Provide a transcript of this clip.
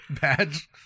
badge